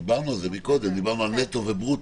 דיברנו על זה מקודם, דיברנו על נטו וברוטו.